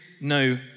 no